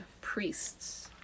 priests